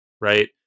right